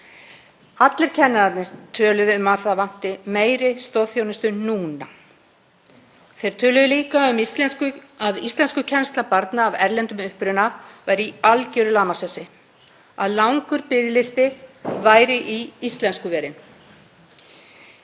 Allir kennararnir töluðu um að það vantaði meiri stoðþjónustu. Þeir töluðu líka um að íslenskukennsla barna af erlendum uppruna væri í algerum lamasessi og að langur biðlisti væri í íslenskuverin.